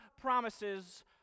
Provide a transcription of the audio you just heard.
promises